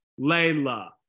Layla